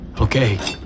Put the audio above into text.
Okay